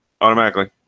automatically